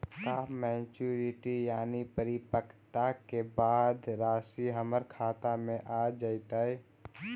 का मैच्यूरिटी यानी परिपक्वता के बाद रासि हमर खाता में आ जइतई?